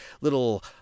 little